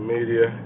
Media